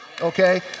okay